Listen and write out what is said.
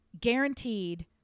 guaranteed